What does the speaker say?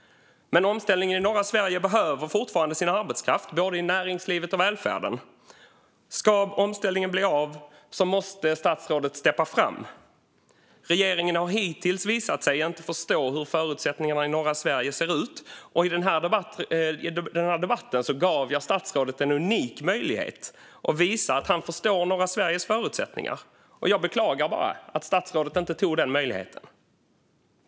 Men omställningen i norra Sverige behöver fortfarande sin arbetskraft i både näringslivet och välfärden. Om omställningen ska bli av måste statsrådet steppa fram. Regeringen har hittills inte visat sig förstå hur förutsättningarna i norra Sverige ser ut. I den här debatten gav jag statsrådet en unik möjlighet att visa att han förstår norra Sveriges förutsättningar. Jag beklagar att han inte tog den.